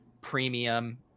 premium